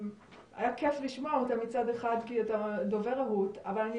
שהיה כיף לשמוע אותם מצד אחד כי אתה דובר רהוט אבל אני